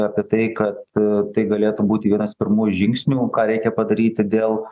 apie tai kad a tai galėtų būti vienas pirmųjų žingsnių ką reikia padaryti dėl